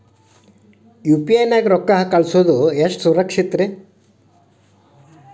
UPI ನ್ಯಾಗ ರೊಕ್ಕ ಕಳಿಸೋದು ಎಷ್ಟ ಸೇಫ್ ರೇ?